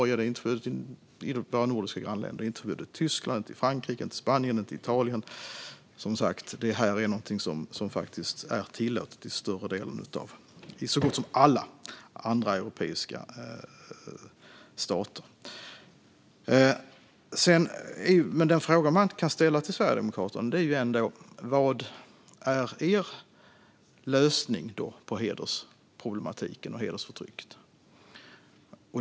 Det är alltså inte förbjudet i våra nordiska grannländer, och det är inte förbjudet i Tyskland, Frankrike, Spanien eller Italien. Detta är alltså som sagt något som är tillåtet i så gott som alla andra europeiska stater. Den fråga man skulle kunna ställa till er i Sverigedemokraterna är dock: Vad är er lösning på hedersproblematiken och hedersförtrycket?